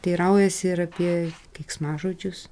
teiraujasi ir apie keiksmažodžius